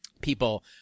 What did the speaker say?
people